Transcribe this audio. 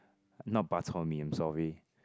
not Bak-chor-mee I'm sorry